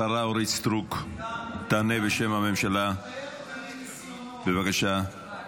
השרה אורית סטרוק תענה בשם הממשלה, בבקשה.